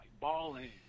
Balling